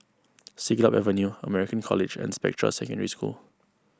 Siglap Avenue American College and Spectra Secondary School